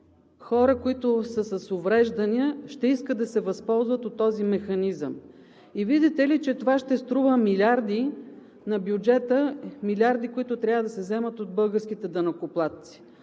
хора, които са с увреждания, ще искат да се възползват от този механизъм, и видите ли, че това ще струва милиарди на бюджета – милиарди, които трябва да се вземат от българските данъкоплатци.